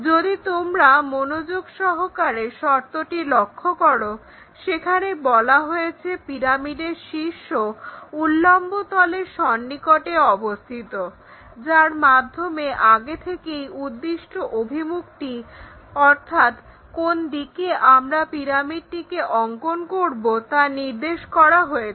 যদি তোমরা মনোযোগ সহকারে শর্তটি লক্ষ্য করো সেখানে বলা হয়েছে পিরামিডের শীর্ষ উল্লম্ব তলের সন্নিকটে অবস্থিত যার মাধ্যমে আগে থেকেই উদ্দিষ্ট অভিমুখটি অর্থাৎ কোন দিকে আমরা পিরামিডটিকে অঙ্কন করব তা নির্দেশ করা হয়েছে